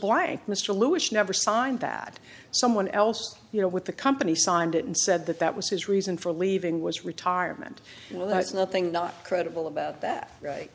blank mr lewis never signed that someone else you know with the company signed it and said that that was his reason for leaving was retirement well that's nothing not credible about that right